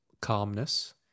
calmness